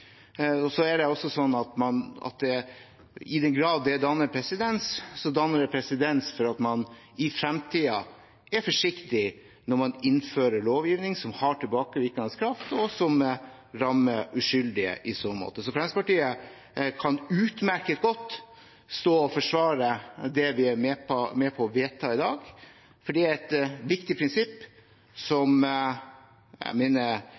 danner presedens, danner det presedens for at man i fremtiden er forsiktig når man innfører lovgivning som har tilbakevirkende kraft, og som rammer uskyldige i så måte. Så Fremskrittspartiet kan utmerket godt stå og forsvare det vi er med på å vedta i dag, for det er et viktig prinsipp som jeg mener